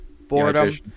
boredom